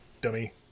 dummy